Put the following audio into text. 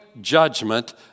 judgment